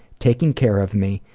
taking care of me,